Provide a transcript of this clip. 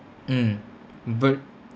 mmhmm but